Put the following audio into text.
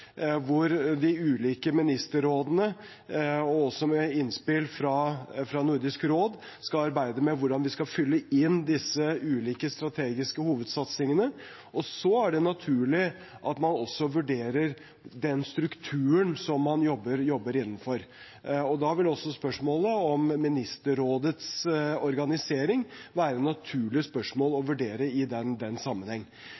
hvor de ulike ministerrådene, også med innspill fra Nordisk råd, skal arbeide med hvordan de skal fylle inn disse ulike strategiske hovedsatsingene. Så er det naturlig at man også vurderer den strukturen som man jobber innenfor. Da vil også spørsmålet om ministerrådets organisering være naturlig